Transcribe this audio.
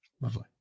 Lovely